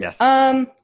Yes